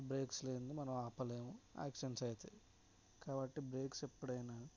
breaks లేనిదే మనం ఆపలేం యాక్సిడెంట్స్ అవుతాయి కాబట్టి బ్రేక్స్ ఎప్పుడైనా